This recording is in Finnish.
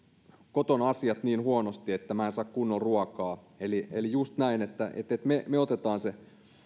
kotona on asiat niin huonosti että minä en saa kunnon ruokaa eli eli just näin että että me me otamme sen